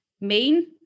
main